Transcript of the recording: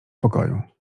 pokoju